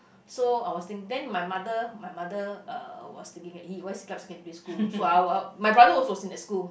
so I was think my mother my mother uh was thinking !ee! why siglap secondary school so I wa~ wa~ my brother was also in that school